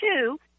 two